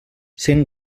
sent